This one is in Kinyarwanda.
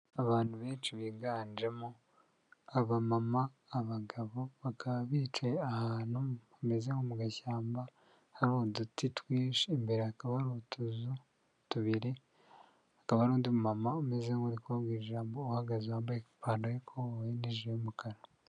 Abantu benshi biganjemo abamama, abagabo, bakaba bicaye ahantu hameze nko mu gashyamba hari uduti twishi, imbere hakaba hari utuzu tubiri, hakaba hari undi mumama uri kuvuga ijambo, uhagaze wambaye ipantaro y'ikoboyi n'ijiri y'umukara.